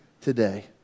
today